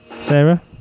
Sarah